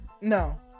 No